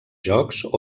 jocs